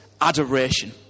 adoration